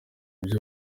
ibyo